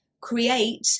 create